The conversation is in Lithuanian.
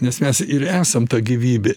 nes mes ir esam ta gyvybė